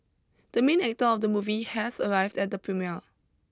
the main actor of the movie has arrived at the premiere